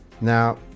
Now